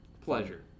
pleasure